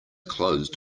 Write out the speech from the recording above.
closed